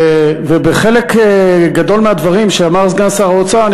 ובחלק גדול מהדברים שאמר סגן שר האוצר אני